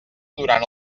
durant